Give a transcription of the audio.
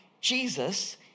Jesus